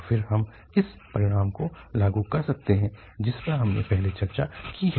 और फिर हम उस परिणाम को लागू कर सकते हैं जिस पर हमने पहले चर्चा की है